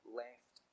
left